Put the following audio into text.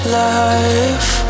life